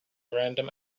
random